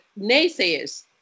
naysayers